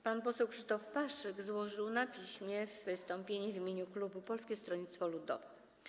Pan poseł Krzysztof Paszyk złożył na piśmie wystąpienie w imieniu klubu Polskiego Stronnictwa Ludowego.